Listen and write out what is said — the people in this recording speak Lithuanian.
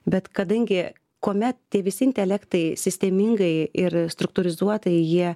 bet kadangi kuomet tie visi intelektai sistemingai ir struktūrizuotai jie